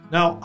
Now